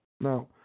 Now